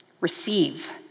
Receive